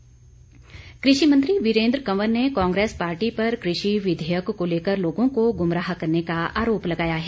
वीरेंद्र कंवर कृषि मंत्री वीरेन्द्र कंवर ने कांग्रेस पार्टी पर कृषि विधेयक को लेकर लोगों को गुमराह करने का आरोप लगाया है